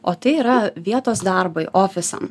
o tai yra vietos darbui ofisam